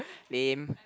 lame